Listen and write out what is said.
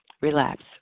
relapse